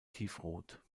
tiefrot